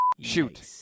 Shoot